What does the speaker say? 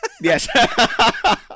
Yes